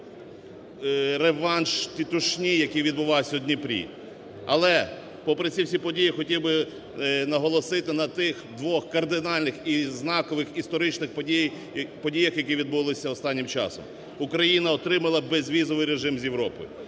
реванш "тітушні", який відбувався у Дніпрі. Але попри всі ці події хотів би наголосити на тих двох кардинальних і знакових історичних подіях, які відбулися останнім часом: Україна отримала безвізовий режим з Європою,